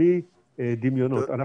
בלי דמיונות.